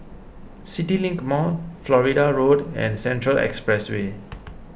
CityLink Mall Florida Road and Central Expressway